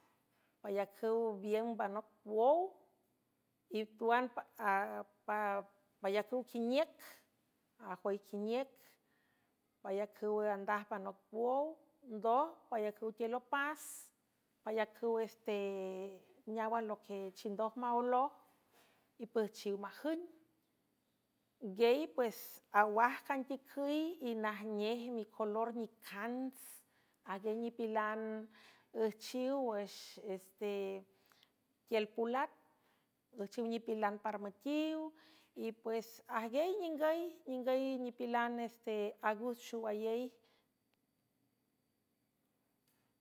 Payacüw bien banoc pwow i tuan payacüw quiniüc ajoi quiniüc payacüw andaj banoc pwow ndoj payacüw tiel opas payacüw este neáwan loque chindoj maoeloj y püjchiw majüng nguiey pues awaj canticüy y najnej micolor nicants ajguiey nipilan üjchiw wüxeste tiel pulat üjchiw nipilan parmüetiw y pues ajgiey yningüy nipilan este agust xowayey.